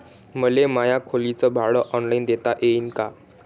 मले माया खोलीच भाड ऑनलाईन देता येईन का?